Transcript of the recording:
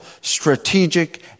strategic